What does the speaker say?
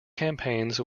campaigns